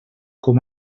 com